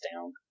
down